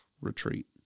retreat